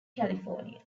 california